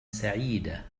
سعيدة